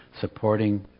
supporting